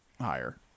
higher